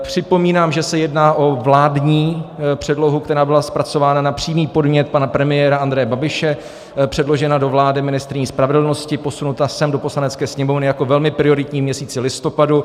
Připomínám, že se jedná o vládní předlohu, která byla zpracována na přímý podnět pana premiéra Andreje Babiše, předložena do vlády ministryní spravedlnosti, posunuta sem do Poslanecké sněmovny jako velmi prioritní v měsíci listopadu.